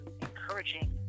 encouraging